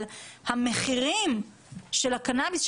אבל המחירים של הקנאביס,